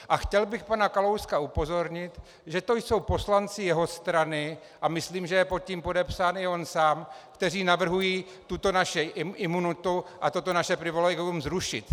A chtěl bych pana Kalouska upozornit, že to jsou poslanci jeho strany, a myslím, že je pod tím podepsán i on sám, kteří navrhují tuto naši imunitu a toto naše privilegium zrušit.